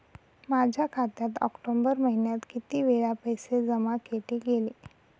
माझ्या खात्यात ऑक्टोबर महिन्यात किती वेळा पैसे जमा केले गेले?